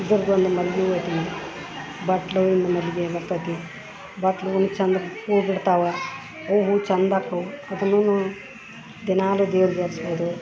ಇದ್ರದ್ದ ಒಂದು ಮಲ್ಗೆ ಹೂ ಐತಿ ಬಟ್ಲ ಹೂವಿನ ಮಲ್ಲಿಗೆ ಬರ್ತತಿ ಬಟ್ಲ ಹೂ ಚಂದ ಹೂ ಬಿಡ್ತವ ಹೂ ಹೂ ಚಂದ ಆಕ್ತವ ಅದ್ನುನು ದಿನಾಗಲು ದೇವ್ರ್ಗೆ ಹಚ್ಬೋದು